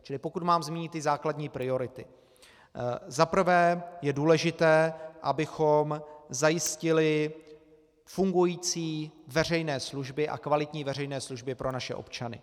Čili pokud mám zmínit základní priority, za prvé je důležité, abychom zajistili fungující veřejné služby a kvalitní veřejné služby pro naše občany.